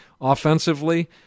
Offensively